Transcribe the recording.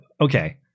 okay